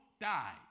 died